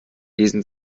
lesen